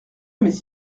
mes